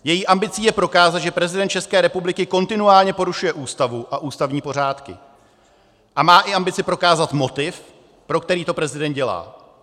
Její ambicí je prokázat, že prezident České republiky kontinuálně porušuje Ústavu a ústavní pořádky, a má i ambici prokázat motiv, pro který to prezident dělá.